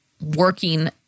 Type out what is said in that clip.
working